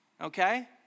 okay